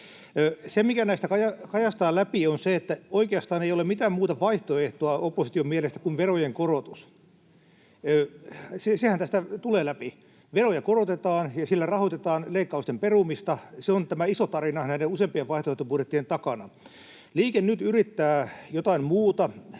Se, mikä näistä kajastaa läpi, on se, että oikeastaan opposition mielestä ei ole mitään muuta vaihtoehtoa kuin verojen korotus. Sehän tästä tulee läpi. Veroja korotetaan ja sillä rahoitetaan leikkausten perumista. Se on tämä iso tarina näiden useimpien vaihtoehtobudjettien takana. Liike Nyt yrittää jotain muuta: